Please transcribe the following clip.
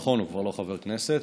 נכון, הוא כבר לא חבר כנסת.